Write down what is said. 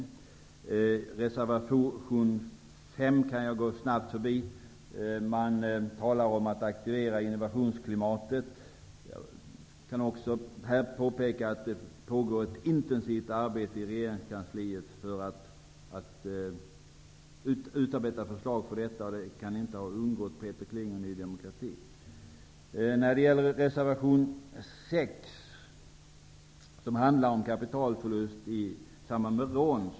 I reservation 5 talar Ny demokrati om att man vill aktivera innovationsklimatet. Även i denna fråga kan jag påpeka att det pågår ett intensivt arbete i regeringskansliet för att utarbeta förslag. Det kan inte ha undgått Peter Kling och Ny demokrati. Reservation 6 handlar om kapitalförlust i samband med rån.